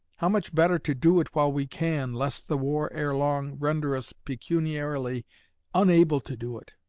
how much better to do it while we can, lest the war ere long render us pecuniarily unable to do it!